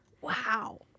Wow